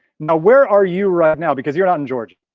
now, where are you right now? because you're not in georgia.